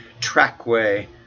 trackway